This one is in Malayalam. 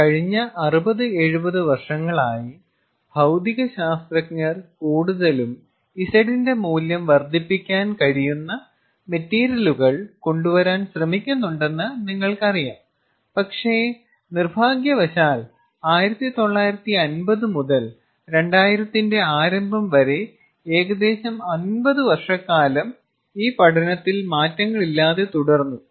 അതിനാൽ കഴിഞ്ഞ 60 70 വർഷങ്ങളായി ഭൌതിക ശാസ്ത്രജ്ഞർ കൂടുതലും Z ന്റെ മൂല്യം വർദ്ധിപ്പിക്കാൻ കഴിയുന്ന മെറ്റീരിയലുകൾ കൊണ്ടുവരാൻ ശ്രമിക്കുന്നുണ്ടെന്ന് നിങ്ങൾക്കറിയാം പക്ഷേ നിർഭാഗ്യവശാൽ 1950 മുതൽ 2000 ന്റെ ആരംഭം വരെ ഏകദേശം 50 വർഷക്കാലം ഈ പഠനത്തിൽ മാറ്റങ്ങൾ ഇല്ലാതെ തുടർന്നു